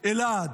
אלעד,